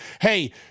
hey